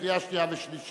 קריאה שנייה ושלישית.